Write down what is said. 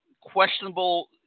questionable